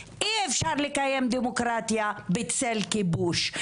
אי אפשר לקיים דמוקרטיה בצל כיבוש,